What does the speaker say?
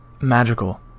magical